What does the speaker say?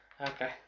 Okay